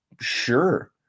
Sure